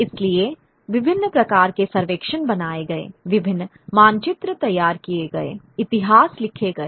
इसलिए विभिन्न प्रकार के सर्वेक्षण बनाए गए विभिन्न मानचित्र तैयार किए गए इतिहास लिखे गए